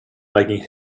making